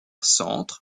centre